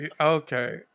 Okay